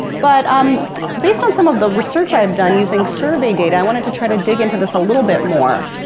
but um based on some of the research i've done using survey data, i wanted to try to dig into this a little bit more.